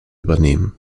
übernehmen